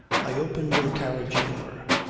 i opened the carriage door,